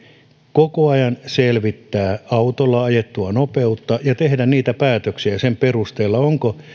koko ajan selvittää autolla ajettua nopeutta ja tehdä niitä päätöksiä sen perusteella onko